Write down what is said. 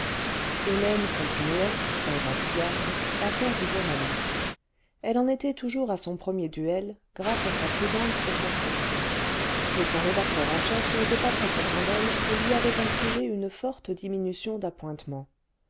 hélène continuait sans enthousiasme à faire du journalisme elle en était toujours à son premier duel grâce à sa prudente circonspection mais son rédacteur en chef n'était pas très content d'elle et lui avaitinfligé une forte diminution d'appointements